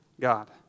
God